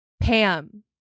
Pam